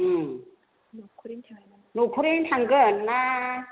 न'खरैनो थांगोन ना